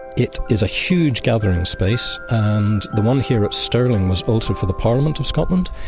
it is a huge gathering space, and the one here at stirling was also for the parliament of scotland,